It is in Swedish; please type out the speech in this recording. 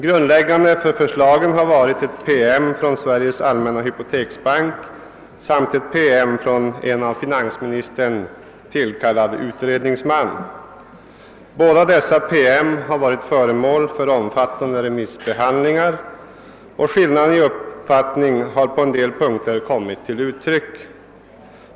Grundläggande för förslagen har varit en promemoria från Sveriges allmänna hypoteksbank samt en promemoria från en av finansministern tillkallad utredningsman. Båda dessa promemorior har varit föremål för omfattande remissbehandling, och skillnader i uppfattning har på en del punkter kommit till uttryck.